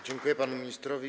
Dziękuję panu ministrowi.